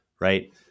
right